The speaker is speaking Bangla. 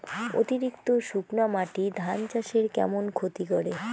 অতিরিক্ত শুকনা মাটি ধান চাষের কেমন ক্ষতি করে?